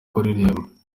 kuririmba